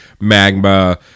magma